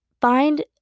Find